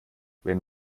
wenn